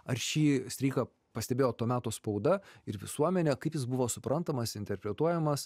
ar šį streiką pastebėjo to meto spauda ir visuomenė kaip jis buvo suprantamas interpretuojamas